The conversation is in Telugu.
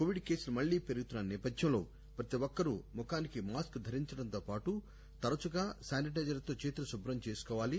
కోవిడ్ కేసులు మళ్లీ పెరుగుతున్న నేపథ్యంలో ప్రతి ఒక్కరూ ముఖానికి మాస్క్ ధరించడంతో పాటు తరచుగా శానిటైజర్ తో చేతులు కుభ్రం చేసుకోవాలి